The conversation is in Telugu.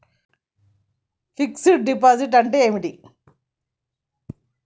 ఫిక్స్ డ్ డిపాజిట్ అంటే ఏమిటి?